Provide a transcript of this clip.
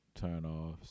turnoffs